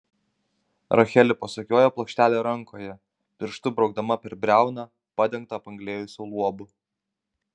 rachelė pasukiojo plokštelę rankoje pirštu braukdama per briauną padengtą apanglėjusiu luobu